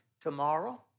tomorrow